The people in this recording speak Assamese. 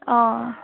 অ